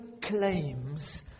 claims